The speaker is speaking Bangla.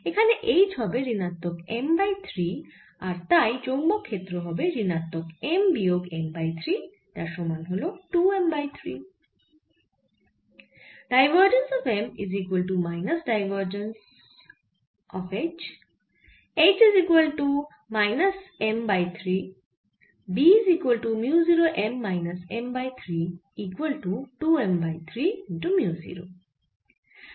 এখানে H হবে ঋণাত্মক M বাই 3 আর তাই চৌম্বক ক্ষেত্র হবে ঋণাত্মক M বিয়োগ M বাই 3 যার সমান হল 2M বাই 3